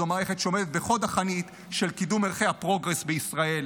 זאת מערכת שעומדת בחוד החנית של קידום ערכי הפרוגרס בישראל.